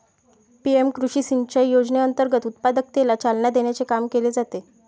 PM कृषी सिंचाई योजनेअंतर्गत उत्पादकतेला चालना देण्याचे काम केले जाते